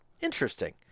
interesting